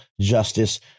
justice